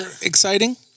exciting